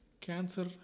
Cancer